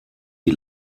die